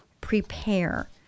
prepare